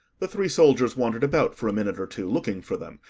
the three soldiers wandered about for a minute or two, looking for them,